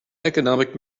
economic